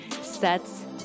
sets